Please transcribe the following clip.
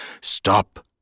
stop